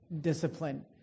discipline